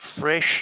fresh